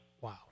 Wow